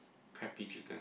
crappy chicken